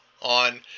on